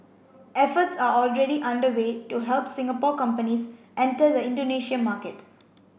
efforts are already underway to help Singapore companies enter the Indonesia market